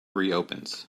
reopens